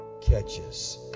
catches